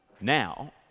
Now